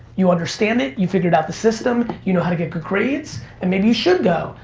you understand it, you figured out the system, you know how to get good grades and maybe you should go,